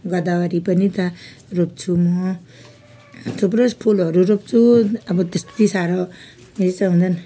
गदावरी पनि त रोप्छु म थुप्रो फुलहरू रोप्छु अब त्यति साह्रो